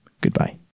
Goodbye